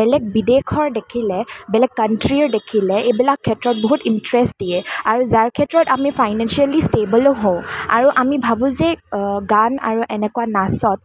বেলেগ বিদেশৰ দেখিলে বেলেগ কাণ্ট্ৰিৰ দেখিলে এইবিলাক ক্ষেত্ৰত খুব ইণ্টাৰেষ্ট দিয়ে আৰু যাৰ ক্ষেত্ৰত আমি ফাইনেন্সিয়েলি ষ্টেবলো হওঁ আৰু আমি ভাবোঁ যে গান আৰু এনেকুৱা নাচত